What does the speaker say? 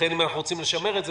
לכן אם אנחנו רוצים לשמר את זה,